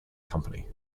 company